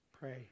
Pray